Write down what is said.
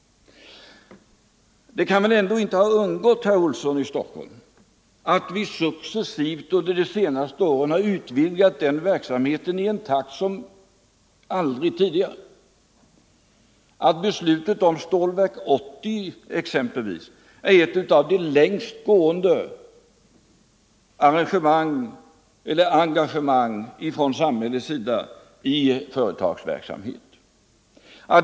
Det kan väl ändå inte ha undgått herr Olsson i Stockholm att vi under de senaste åren successivt utvidgat denna verksamhet i en takt som aldrig tidigare. Beslutet om Stålverk 80 innebär exempelvis ett av de längst gående samhälleliga engagemangen i företagsverksamhet.